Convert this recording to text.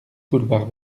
boulevard